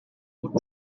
who